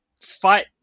fight